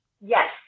Yes